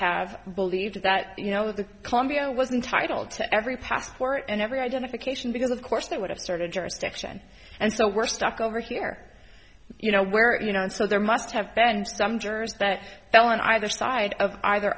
have believed that you know the columbia was entitle to every passport and every identification because of course that would have sort of jurisdiction and so we're stuck over here you know where you know and so there must have been some jurors that fell on either side of either